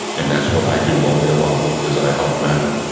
and that's what i do all day long is i help men,